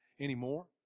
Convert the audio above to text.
anymore